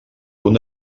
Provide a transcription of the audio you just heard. punt